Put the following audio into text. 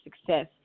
success